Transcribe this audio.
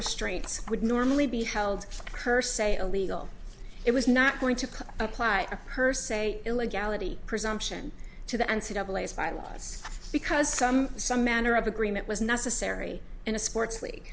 restraints would normally be held her say illegal it was not going to apply a purse a illegality presumption to the n c double a spy lies because some some manner of agreement was necessary in a sports